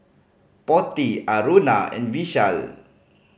Potti Aruna and Vishal